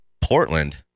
Portland